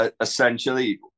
essentially